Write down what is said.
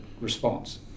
response